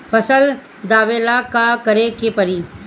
फसल दावेला का करे के परी?